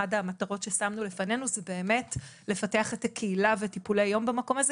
אחת המטרות ששמנו לפנינו זה באמת לפתח את הקהילה וטיפולי יום במקום הזה,